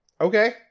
okay